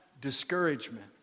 discouragement